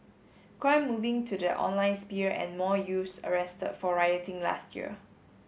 crime moving to the online sphere and more youths arrested for rioting last year